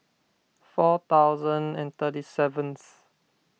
four thousand and thirty seventh